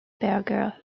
berger